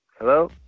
Hello